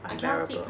unbearable